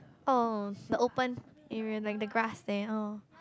oh the open area like the grass there